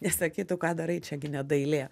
nesakytų ką darai čia gi ne dailė